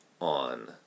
on